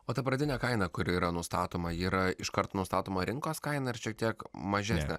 o ta pradinė kaina kuri yra nustatoma ji yra iškart nustatoma rinkos kainą ar šiek tiek mažesnė